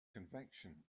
convection